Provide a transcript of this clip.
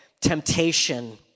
temptation